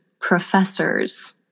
professors